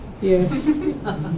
yes